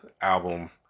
album